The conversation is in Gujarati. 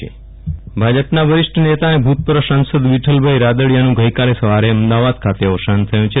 વિરલ રાણા વિઠ્ઠલ રાદડિયા અવસાન ભાજપના વરિષ્ઠ નેતા અને ભૂતપૂર્વ સાંસદ વિફલભાઈ રાદડિયાનું ગઈકાલે સવારે અમદાવાદ ખાતે અવસાન થયું છે